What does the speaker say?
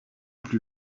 plus